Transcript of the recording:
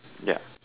yup